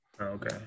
okay